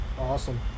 awesome